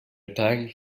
retiring